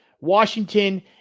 washington